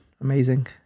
amazing